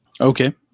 Okay